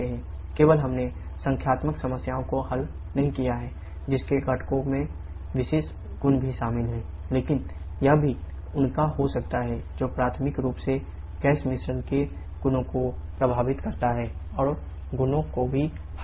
केवल हमने संख्यात्मक समस्याओं को हल नहीं किया है जिसमें घटकों में विशेष गुण भी शामिल हैं लेकिन यह भी उनका हो सकता है जो प्राथमिक रूप से गैस मिश्रण के गुणों को प्रभावित करता है और गुणों को भी हवा देता है